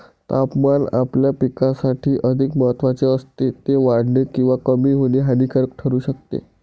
तापमान आपल्या पिकासाठी अधिक महत्त्वाचे असते, ते वाढणे किंवा कमी होणे हानिकारक ठरू शकते